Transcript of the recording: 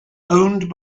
owned